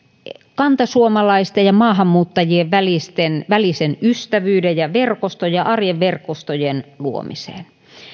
kantasuomalaisten ja maahanmuuttajien välisen välisen ystävyyden ja verkoston ja arjen verkostojen luomisessa